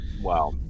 Wow